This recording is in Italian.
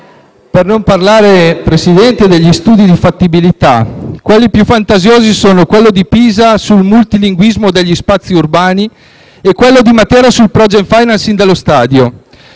Per non parlare, signor Presidente, degli studi di fattibilità: quelli più fantasiosi sono quello di Pisa sul multilinguismo degli spazi urbani e quello di Matera sul *project financing* dello stadio.